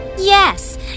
Yes